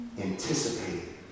anticipating